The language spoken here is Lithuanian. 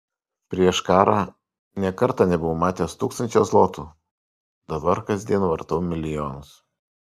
prieš karą nė karto nebuvau matęs tūkstančio zlotų dabar kasdien vartau milijonus